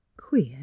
Queer